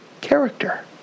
character